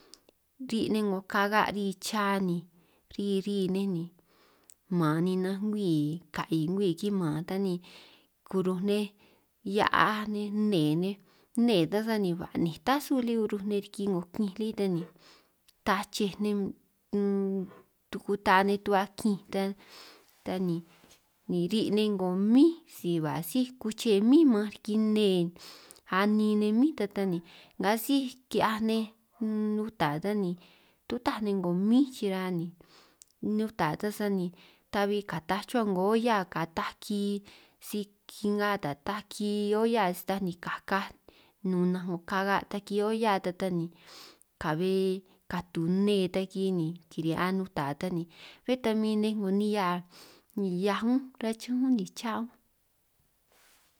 Ri' nej 'ngo kaga' ri cha ni ri ri nej ni man ninanj ngwii ka'i ngwii kiman ta ni kuruj nej hia'aj nej nnee nej, nnee ta sani ba'nij tasu lí riki kinj lí ta ni tachej nej unnn tukuta nej tu'hua kinj ta ni ni ri' ninj 'ngo mín, si ba síj kuche mín manj riki nne anin nej mín tata ni nga síj ki'hiaj nuta ta ni tutaj nej 'ngo mín chira ni, nuta ta sani ta'bi kataj chuhua 'ngo olla kataj ki si kinga ta taki olla taj ni kakaj nun nnanj 'ngo kaga' taki olla ta ta ni, ka'be katu nne taki ni kiri'hia nuta ta ni bé ta min nej 'ngo nihia 'hiaj ñúnj chuhua chiñán únj ni cha únj.